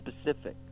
specific